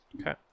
Okay